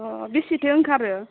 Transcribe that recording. अ बेसेथो ओंखारो